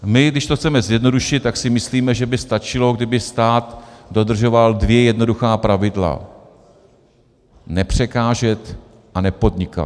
My, když to chceme zjednodušit, tak si myslíme, že by stačilo, kdyby stát dodržoval dvě jednoduchá pravidla: nepřekážet a nepodnikat.